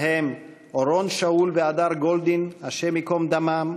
בהם אורון שאול והדר גולדין, השם ייקום דמם,